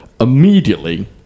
immediately